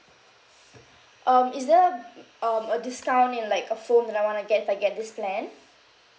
um is there a um a discount in like a phone that I want to get if I get this plan